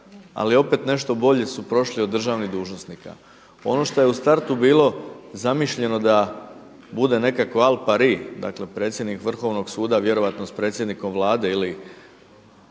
ali opet nešto bolje su prošli od državnih dužnosnika. Ono što je u startu bilo zamišljeno da bude nekakav al pari, dakle predsjednik Vrhovnog suda vjerojatno sa predsjednikom Vlade ili